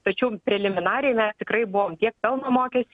tačiau preliminariai mes tikrai buvom tiek pelno mokestį